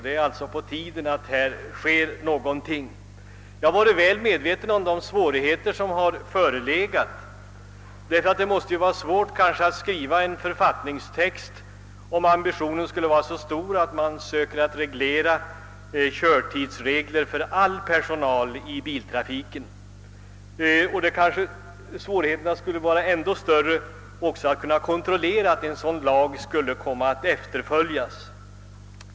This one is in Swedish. Det är alltså på tiden att en ändring kommer till stånd. Jag har varit väl medveten om de problem som har förelegat. Det måste ju vara svårt att skriva en författningstext, om ambitionen skulle vara den att man ville utforma körtidsregler för alla motorfordonsförare. Ännu svårare skulle det kanske vara att kontrollera att en sådan lag efterlevdes.